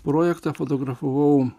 projektą fotografavau